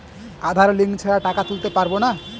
আধার link ছাড়া টাকা তুলতে পারব না?